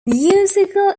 musical